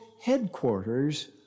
headquarters